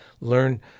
learn